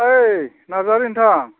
ओइ नार्जारी नोंथां